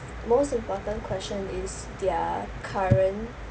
most important question is their current